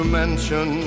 mention